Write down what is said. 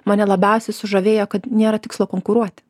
mane labiausiai sužavėjo kad nėra tikslo konkuruoti